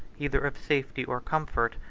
either of safety or comfort,